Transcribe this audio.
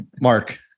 Mark